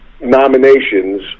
nominations